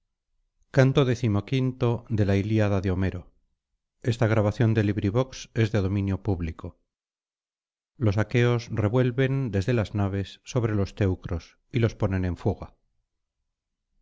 los aqueos revuelven desde las naves sobre los teucros y los ponen en fuga